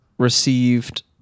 received